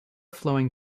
flowing